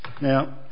Now